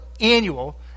annual